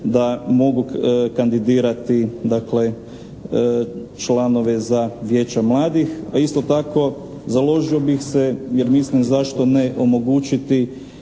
da mogu kandidirati članove za vijeća mladih a isto tako založio bih se jer zašto ne omogućiti